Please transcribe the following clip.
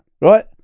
right